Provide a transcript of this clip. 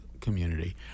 community